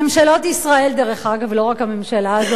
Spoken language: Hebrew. ממשלות ישראל, דרך אגב, לא רק הממשלה הזאת.